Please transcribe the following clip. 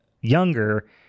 younger